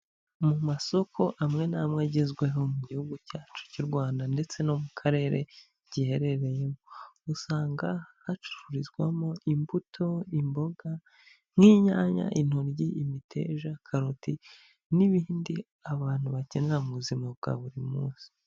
Mu masoko amwe n'amwe agezweho mu gihugu cyacu cy'u Rwanda ndetse no mu karere giherereyemo, usanga hacururizwamo imbuto, imboga nk'inyanya, intoryi, imiteja, karoti n'ibindi abantu bakenera mu buzima bwa buri munsi.